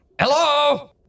Hello